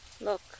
Look